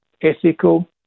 ethical